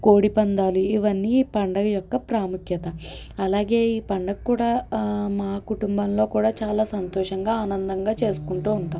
కోడిపందాలు ఇవన్నీ ఈ పండగ యొక్క ప్రాముఖ్యత అలాగే ఈ పండుగ కూడా మా కుటుంబంలో కూడా చాలా సంతోషంగా ఆనందంగా చేసుకుంటూ ఉంటాం